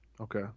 Okay